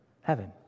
Heaven